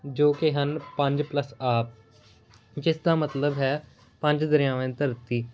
ਜੋ ਕਿ ਹਨ ਪੰਜ ਪਲੱਸ ਆਬ ਜਿਸ ਦਾ ਮਤਲਬ ਹੈ ਪੰਜ ਦਰਿਆਵਾਂ ਦੀ ਧਰਤੀ